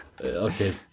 Okay